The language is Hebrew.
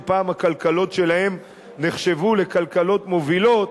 שפעם הכלכלות שלהן נחשבו לכלכלות מובילות,